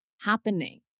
happening